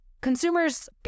consumers